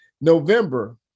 November